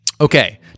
Okay